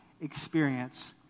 experience